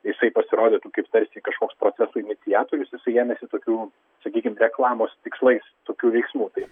jisai pasirodytų kaip tarsi kažkoks procesų iniciatorius jisai ėmėsi tokių sakykim reklamos tikslais tokių veiksmų tai